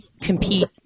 compete